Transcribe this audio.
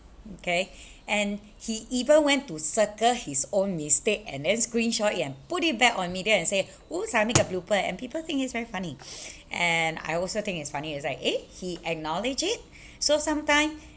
okay and he even went to circle his own mistake and then screenshot it and put it back on media and say !oops! I make a blooper and people think it's very funny and I also think it's funny as I eh he acknowledged it so sometime